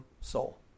soul